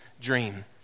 dream